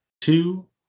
two